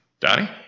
Donnie